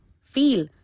Feel